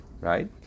Right